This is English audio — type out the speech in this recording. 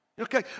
Okay